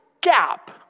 gap